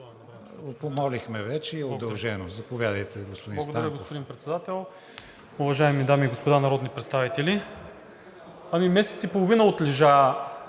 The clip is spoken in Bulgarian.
Помолихме вече и е удължено. Заповядайте, господин Станков. ЖЕЧО СТАНКОВ (ГЕРБ-СДС): Благодаря, господин Председател. Уважаеми дами и господа народни представители! Ами месец и половина отлежа